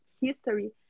history